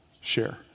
share